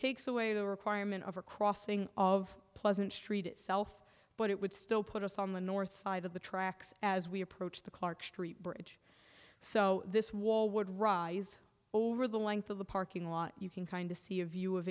takes away the requirement of a crossing of pleasant street itself but it would still put us on the north side of the tracks as we approach the clark street bridge so this wall would rise over the length of the parking lot you can kind of see a view of